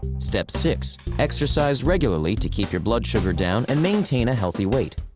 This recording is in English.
step six. exercise regularly to keep your blood sugar down and maintain a healthy weight.